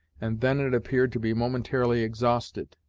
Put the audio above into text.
and then it appeared to be momentarily exhausted.